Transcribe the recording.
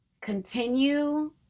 continue